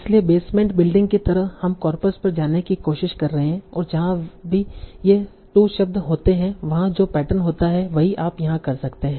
इसलिए basement building की तरह हम कॉर्पस पर जाने की कोशिश कर रहे है और जहाँ भी ये 2 शब्द होते हैं वहां जो पैटर्न होता है वही आप यहाँ कर सकते हैं